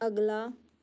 ਅਗਲਾ